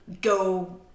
go